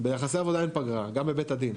ביחסי עבודה אין פגרה, גם בבית הדין.